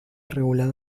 regulado